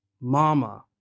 mama